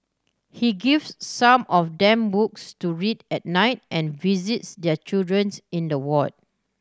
he gives some of them books to read at night and visits their children's in the ward